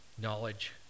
knowledge